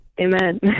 Amen